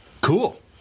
Cool